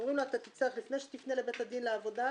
אומרים לו: לפני שתפנה לבית הדין לעבודה,